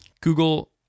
Google